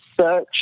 search